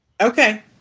Okay